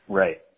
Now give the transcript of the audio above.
right